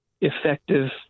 effective